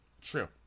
True